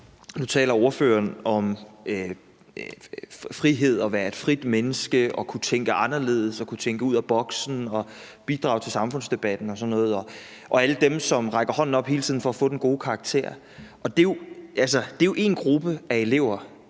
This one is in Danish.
Nu taler ordføreren om frihed, at være et frit menneske, at kunne tænke anderledes, at kunne tænke ud af boksen og at bidrage til samfundsdebatten og sådan noget. Alle dem, som rækker hånden op hele tiden for at få den gode karakter, er jo én gruppe af elever,